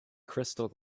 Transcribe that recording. crystal